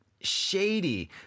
shady